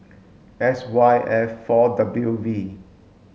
S Y F four W V